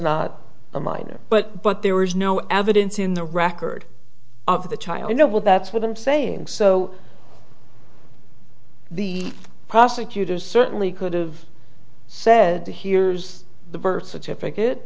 not a minor but but there is no evidence in the record of the child you know well that's what i'm saying so the prosecutors certainly could have said he hears the birth certificate